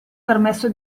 permesso